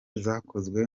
zakozwe